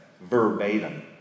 Verbatim